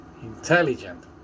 Intelligent